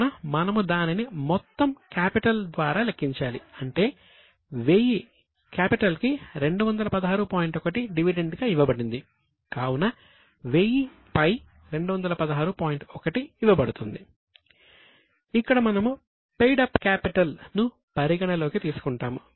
కావున మనము దానిని మొత్తం క్యాపిటల్ లభిస్తుంది అంటే 225 శాతం